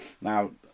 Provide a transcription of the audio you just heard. now